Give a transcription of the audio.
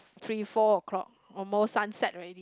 three four o-clock almost sunset already